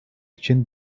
için